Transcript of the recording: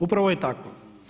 Upravo je tako.